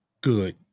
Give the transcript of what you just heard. good